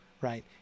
right